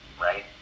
Right